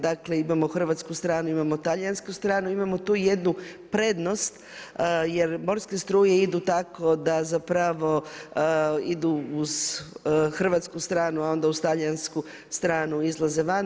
Dakle imamo hrvatsku stranu, imamo talijansku stranu, imamo tu jednu prednost jer morske struje idu tako da zapravo idu uz hrvatsku stranu, a onda uz talijansku stranu izlaze van.